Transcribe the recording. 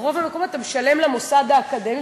ברוב המקומות אתה משלם למוסד האקדמי,